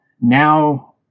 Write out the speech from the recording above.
Now